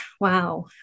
wow